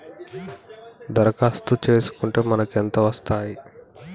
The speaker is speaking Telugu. దరఖాస్తు చేస్కుంటే మనకి ఎంత వస్తాయి?